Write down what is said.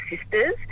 sister's